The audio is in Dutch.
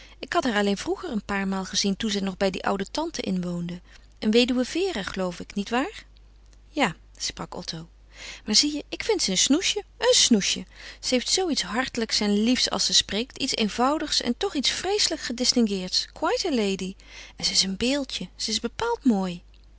ik had haar alleen vroeger een paar maal gezien toen zij nog bij die oude tante inwoonde een weduwe vere geloof ik nietwaar ja sprak otto maar zie je ik vind ze een snoesje een snoesje ze heeft zoo iets hartelijks en liefs als ze spreekt iets eenvoudigs en toch iets vreeselijk gedistingueerds quite a lady en ze is een beeldje ze is bepaald mooi